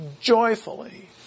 joyfully